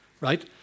right